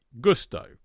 Gusto